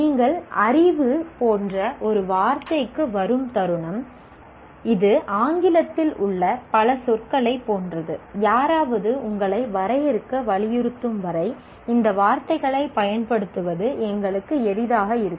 நீங்கள் அறிவு போன்ற ஒரு வார்த்தைக்கு வரும் தருணம் இது ஆங்கிலத்தில் உள்ள பல சொற்களைப் போன்றது யாராவது உங்களை வரையறுக்க வலியுறுத்தும் வரை இந்த வார்த்தைகளைப் பயன்படுத்துவது எங்களுக்கு எளிதாக இருக்கும்